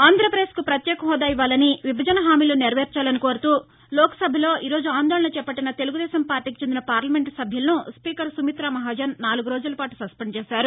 ఆంధ్రాపదేశ్కు పత్యేక హోదా ఇవ్వాలని విభజన హామీలు నెరవేర్చాలని కోరుతూ లోక్ సభలో ఈరోజు ఆందోళన చేపట్టిన తెలుగుదేశం పార్లీకి చెందిన పార్లమెంటు సభ్యులను స్పీకర్ సుమితా మహాజన్ నాలుగు రోజులపాటు సస్పెండ్ చేశారు